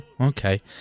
okay